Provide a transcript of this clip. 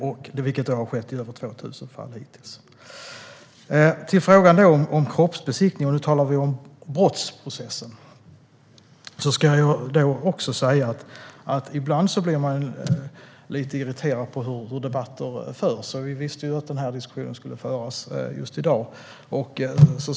Detta har redan skett i över 2 000 fall hittills. Låt mig ta upp frågan om kroppsbesiktning, och nu talar vi om brottsprocessen. Ibland blir man lite irriterad över hur debatter förs. Vi visste ju att detta skulle diskuteras just i dag.